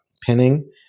pinning